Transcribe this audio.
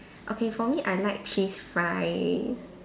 okay for me I like cheese fries